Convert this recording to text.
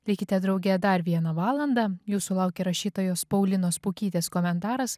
likite drauge dar vieną valandą jūsų laukia rašytojos paulinos pukytės komentaras